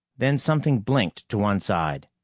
then something blinked to one side.